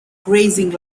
grazing